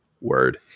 Word